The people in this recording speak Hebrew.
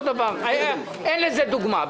אין לזה דוגמה.